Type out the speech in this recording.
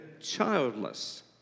childless